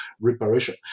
reparation